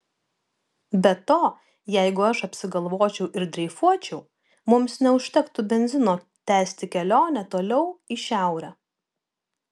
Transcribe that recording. be to jeigu aš apsigalvočiau ir dreifuočiau mums neužtektų benzino tęsti kelionę toliau į šiaurę